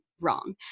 Wrong